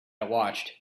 watched